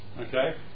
okay